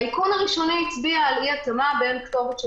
האיכון הראשוני הצביע על אי-התאמה בין כתובת של